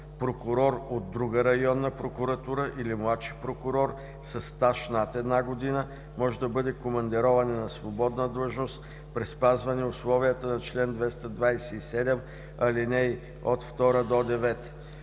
„прокурор от друга районна прокуратура или младши прокурор със стаж над една година може да бъде командирован и на свободна длъжност при спазване условията на чл. 227, ал. 2-9“.